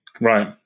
Right